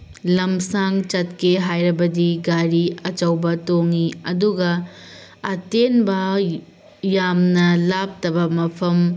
ꯂꯝꯁꯥꯡ ꯆꯠꯀꯦ ꯍꯥꯏꯔꯕꯗꯤ ꯒꯥꯔꯤ ꯑꯆꯧꯕ ꯇꯣꯡꯉꯤ ꯑꯗꯨꯒ ꯑꯇꯦꯟꯕ ꯌꯥꯝꯅ ꯂꯥꯞꯇꯕ ꯃꯐꯝ